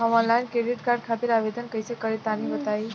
हम online credit card खातिर आवेदन कइसे करि तनि बताई?